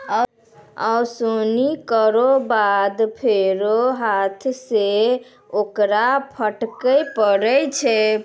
ओसौनी केरो बाद फेरु हाथ सें ओकरा फटके परै छै